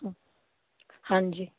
ਹਾਂਜੀ